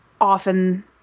often